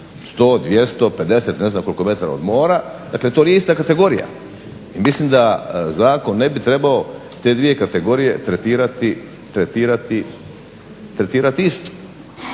100, 200, 50 ne znam koliko metara od mora. Dakle, to nije ista kategorija. I mislim da zakon ne bi trebao te dvije kategorije tretirati isto.